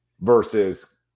versus